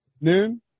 noon